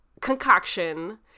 concoction